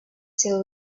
till